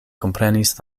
komprenis